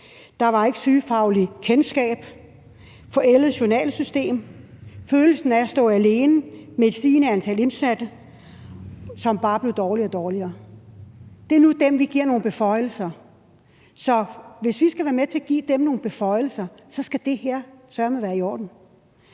der var ikke sygefagligt kendskab, og der var forældet journalsystem og følelsen af at stå alene med et stigende antal indsatte, som bare blev dårligere og dårligere. Det er nu dem, vi giver nogle beføjelser. Så hvis vi skal være med til at give dem nogle beføjelser, skal det her søreme være i orden.